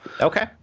Okay